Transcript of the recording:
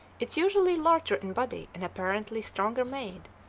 it is usually larger in body and apparently stronger made,